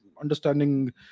understanding